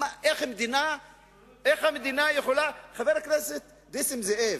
איך המדינה יכולה, חבר הכנסת נסים זאב,